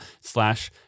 slash